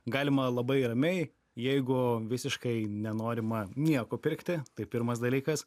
galima labai ramiai jeigu visiškai nenorima nieko pirkti tai pirmas dalykas